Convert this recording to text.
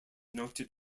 noted